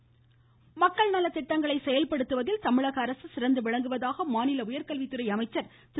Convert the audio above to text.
அன்பழகன் மக்கள் நலத்திட்டங்களை செயல்படுத்துவதில் தமிழக அரசு சிறந்து விளங்குவதாக மாநில உயர்கல்வித்துறை அமைச்சர் திரு